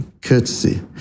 courtesy